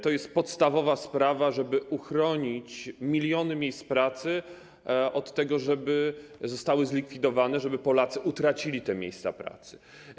To jest podstawowa sprawa, żeby uchronić miliony miejsc pracy przed tym, żeby były zlikwidowane, żeby Polacy utracili te miejsca pracy.